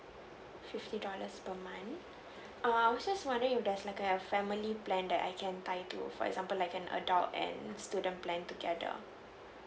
fifty dollars per month err I was just wondering if there's like a family plan that I can tie to for example like an adult and student plan together